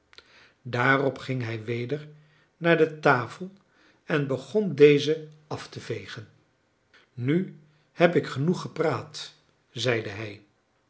daarop ging hij weder naar de tafel en begon deze af te vegen nu heb ik genoeg gepraat zeide hij